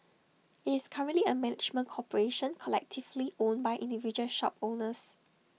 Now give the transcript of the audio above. IT is currently A management corporation collectively owned by individual shop owners